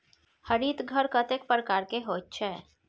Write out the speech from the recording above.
हरित घर कतेक प्रकारक होइत छै?